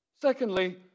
Secondly